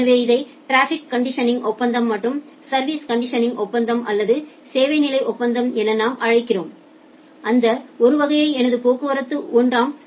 எனவே இதை traffic conditioning ஒப்பந்தம் மற்றும் சர்விஸ் கண்டிஷனிங் ஒப்பந்தம் அல்லது சேவை நிலை ஒப்பந்தம் என நாம் அழைக்கிறோம் அந்த 1 வகையை எனது போக்குவரத்து 1 ஆம் வகைக்கு வாங்குகிறேன்